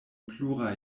pluraj